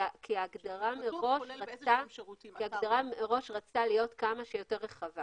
ההגדרה מראש רצתה להיות כמה שיותר רחבה